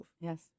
Yes